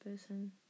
person